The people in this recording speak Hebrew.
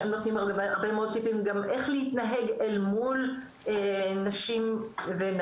נותנים הרבה מאוד טיפים גם איך להתנהג אל מול נשים ונערות,